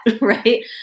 right